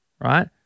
Right